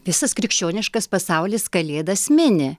visas krikščioniškas pasaulis kalėdas mini